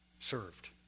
served